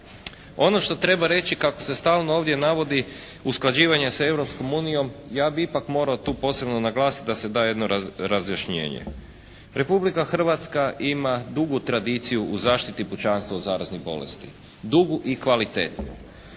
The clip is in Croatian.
Ono što treba reći kako se stalno ovdje navodi usklađivanje sa Europskom unijom ja bih ipak morao tu posebno naglasiti da se da jedno razjašnjenje. Republika Hrvatska ima dugu tradiciju u zaštiti pučanstva od zaraznih bolesti, dugu i kvalitetnu